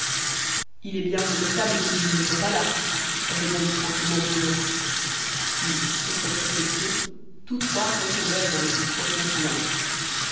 il est bien regrettable que nizib ne soit pas là répondit tranquillement bruno puis sur cette réflexion tous trois retombèrent dans le plus profond silence